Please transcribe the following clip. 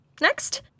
next